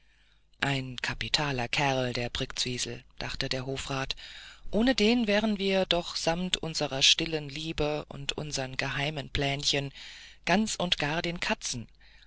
ein kapitaler kerl der brktzwisl dachte der hofrat ohne den wären wir doch samt unserer stillen liebe und unsern geheimen plänchen ganz und gar den katzen